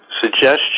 suggestion